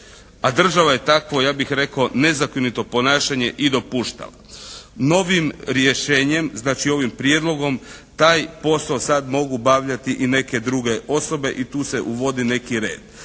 A država je takvo ja bih rekao nezakonito ponašanje i dopuštala. Novim rješenjem znači ovim prijedlogom taj posao sad mogu obavljati i neke druge osobe i tu se uvodi neki red.